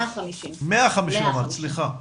150. 150, סליחה.